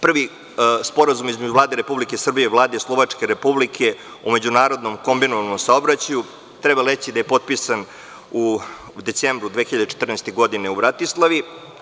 Prvi Sporazum je između Vlade Republike Srbije i Vlade Slovačke Republike o međunarodnom kombinovanom saobraćaju, potpisan u decembru 2014. godine u Bratislavi.